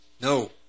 No